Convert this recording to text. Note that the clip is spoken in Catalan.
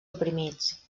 oprimits